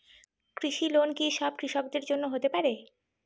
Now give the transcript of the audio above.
কৃষি লোন কি সব কৃষকদের জন্য হতে পারে?